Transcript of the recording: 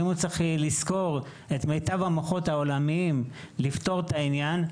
ואם הוא צריך לשכור את מיטב המוחות העולמיים לפתור את העניין,